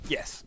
Yes